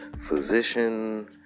physician